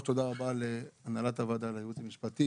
תודה רבה להנהלת הוועדה ולייעוץ המשפטי